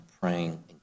praying